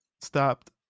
stopped